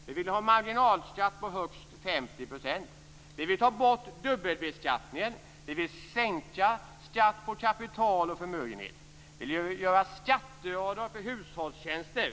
Vi vill ha en marginalskatt på högst 50 %. Vi vill ta bort dubbelbeskattningen. Vi vill sänka skatt på kapital och förmögenhet. Vi vill att man skall kunna göra skatteavdrag för hushållstjänster.